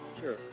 Sure